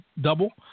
double